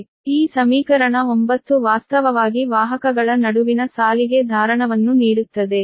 ಈ ಸಮೀಕರಣ 9 ವಾಸ್ತವವಾಗಿ ವಾಹಕಗಳ ನಡುವಿನ ಸಾಲಿಗೆ ಧಾರಣವನ್ನು ನೀಡುತ್ತದೆ